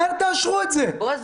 מהר תאשרו את זה -- בועז,